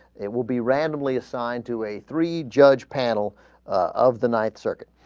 it will be randomly assigned to a three judge panel of the night circuit